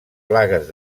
plagues